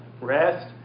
Rest